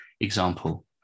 example